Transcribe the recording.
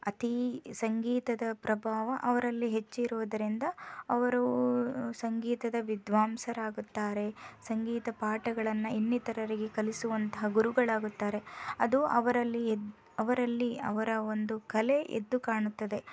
ಅತಿ ಸಂಗೀತದ ಪ್ರಭಾವ ಅವರಲ್ಲಿ ಹೆಚ್ಚಿರೋದ್ರಿಂದ ಅವರು ಸಂಗೀತದ ವಿದ್ವಾಂಸರಾಗುತ್ತಾರೆ ಸಂಗೀತ ಪಾಠಗಳನ್ನು ಇನ್ನಿತರರಿಗೆ ಕಲಿಸುವಂತಹ ಗುರುಗಳಾಗುತ್ತಾರೆ ಅದು ಅವರಲ್ಲಿ ಅವರಲ್ಲಿ ಅವರ ಒಂದು ಕಲೆ ಎದ್ದು ಕಾಣುತ್ತದೆ